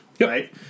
Right